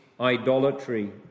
idolatry